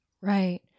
Right